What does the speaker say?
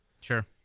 Sure